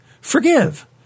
forgive